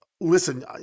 Listen